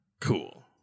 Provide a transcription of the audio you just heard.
Cool